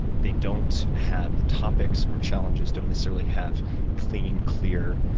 they don't have the topics or challenges, don't necessarily have clean, clear